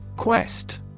Quest